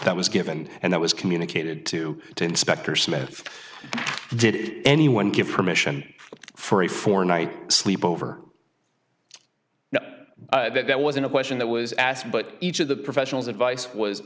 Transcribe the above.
that was given and it was communicated to the inspector smith did anyone give permission for a four night sleep over that that wasn't a question that was asked but each of the professionals advice was